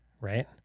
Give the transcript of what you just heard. right